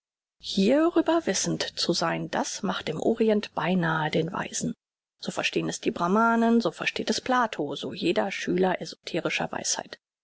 hierüber wissend zu sein das macht im orient beinahe den weisen so verstehn es die brahmanen so versteht es plato so jeder schüler esoterischer weisheit